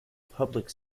public